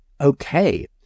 okay